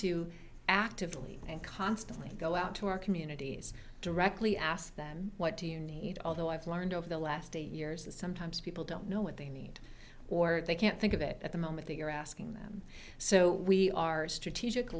to actively and constantly go out to our communities directly ask them what do you need although i've learned over the last eight years that sometimes people don't know what they need or they can't think of it at the moment they are asking them so we are strategic